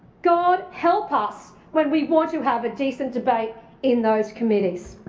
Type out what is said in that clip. god help us when we want to have a decent debate in those committees.